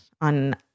on